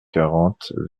quarante